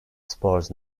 sports